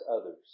others